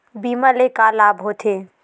बीमा ले का लाभ होथे?